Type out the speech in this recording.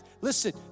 listen